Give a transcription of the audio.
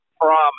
promise